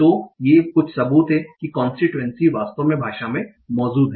तो ये कुछ सबूत हैं कि कांस्टीट्यूएंसी वास्तव में भाषा में मौजूद है